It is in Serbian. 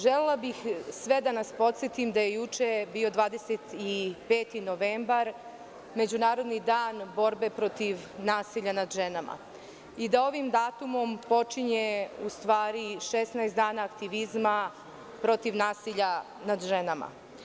Želela bih sve da nas podsetim da je juče bio 25. novembar - Međunarodni dan borbe protiv nasilja nad ženama i da ovim datumom počinje u stvari 16 dana aktivizma protiv nasilja nad ženama.